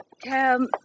Cam